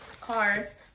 cards